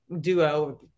duo